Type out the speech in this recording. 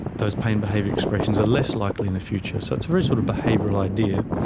those pain behaviour expressions are less likely in the future. so it's a very sort of behavioural idea.